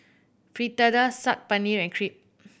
Fritada Saag Paneer and Crepe